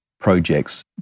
projects